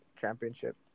championship